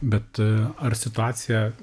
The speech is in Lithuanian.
bet a ar situacija